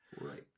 Right